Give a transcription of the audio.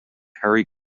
perry